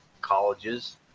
colleges